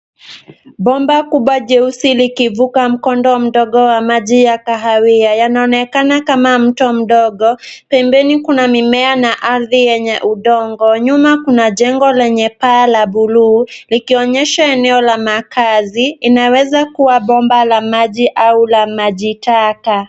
Bomba kubwa jeusi likivuka mkondo mdogo wa maji ya kahawia . Yanaonekana kama mto mdogo . Pembeni kuna mimea na ardhi yenye udongo. Nyuma kuna jengo lenye paa la buluu, likionyesha eneo la makazi . Inaweza kuwa bomba la maji au maji taka.